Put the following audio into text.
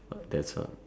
that's all